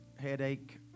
headache